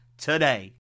today